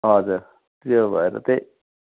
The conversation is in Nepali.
हजुर त्यो भएर त्यही